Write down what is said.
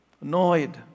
Annoyed